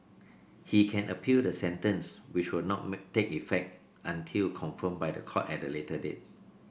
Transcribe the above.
he can appeal the sentence which will not take effect until confirmed by the court at a later date